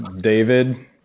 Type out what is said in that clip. David